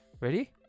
ready